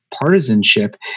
partisanship